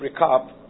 recap